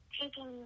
taking